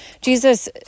Jesus